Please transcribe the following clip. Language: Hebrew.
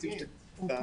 ברשת.